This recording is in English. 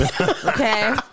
okay